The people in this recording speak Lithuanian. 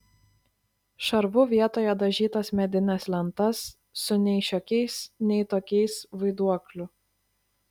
šarvu vietoje dažytas medines lentas su nei šiokiais nei tokiais vaiduokliu